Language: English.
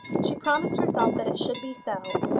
she promised herself that it should be so,